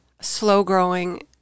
slow-growing